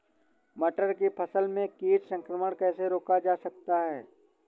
मटर की फसल में कीट संक्रमण कैसे रोका जा सकता है?